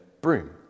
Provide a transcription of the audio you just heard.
broom